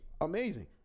amazing